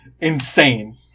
insane